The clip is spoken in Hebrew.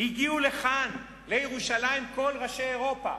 הגיעו לכאן, לירושלים, כל ראשי אירופה